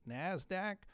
NASDAQ